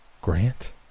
Grant